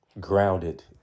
grounded